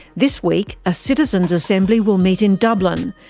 this week a citizens' assembly will meet in dublin,